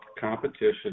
competition